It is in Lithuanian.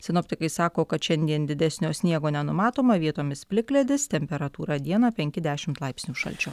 sinoptikai sako kad šiandien didesnio sniego nenumatoma vietomis plikledis temperatūra dieną penki dešimt laipsnių šalčio